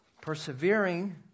persevering